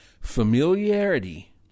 familiarity